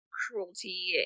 cruelty